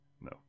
No